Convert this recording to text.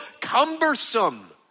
cumbersome